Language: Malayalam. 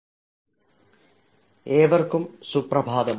എല്ലാവർക്കും സുപ്രഭാതം